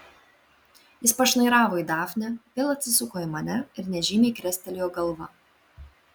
jis pašnairavo į dafnę vėl atsisuko į mane ir nežymiai krestelėjo galva